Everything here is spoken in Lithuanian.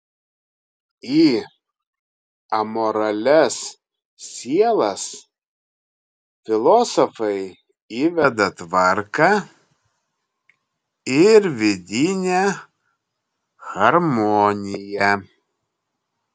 į amoralias sielas filosofai įveda tvarką ir vidinę harmoniją